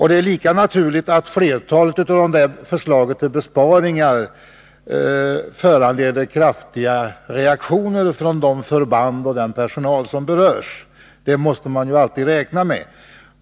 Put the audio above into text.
Det är lika naturligt att flertalet av förslagen till besparingar föranleder kraftiga reaktioner från de förband och den personal som berörs. Det måste man alltid räkna med.